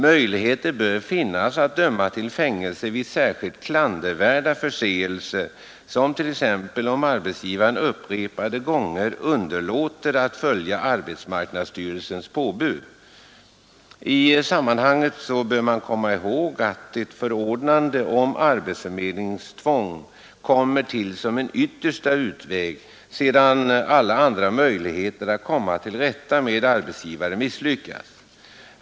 Möjlighet bör finnas att döma till fängelse vid särskilt klandervärda förseelser, t.ex. om arbetsgivaren upprepade gånger underlåter att följa arbetsmarknadsstyrelsens påbud. I sammanhanget bör man komma ihåg att ett förordnande om arbetsförmedlingstvång kommer till som en yttersta utväg sedan alla andra möjligheter att komma till rätta med en arbetsgivare misslyckats.